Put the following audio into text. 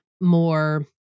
more